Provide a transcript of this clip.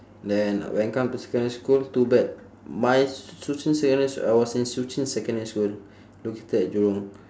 then when come to secondary school too bad my shuqun secondary s~ I was in shuqun secondary school located at jurong